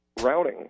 routing